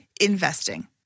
investing